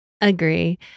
Agree